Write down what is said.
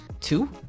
two